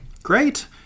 Great